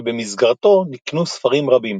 שבמסגרתו נקנו ספרים רבים.